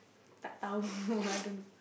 tak tahu I don't know